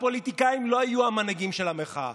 והפוליטיקאים לא יהיו המנהיגים של המחאה,